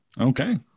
Okay